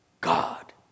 God